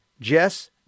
Jess